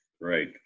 right